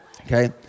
okay